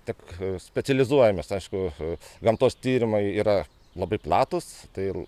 tik specializuojamės aišku gamtos tyrimai yra labai platūs tai